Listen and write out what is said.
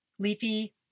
Leafy